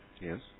Yes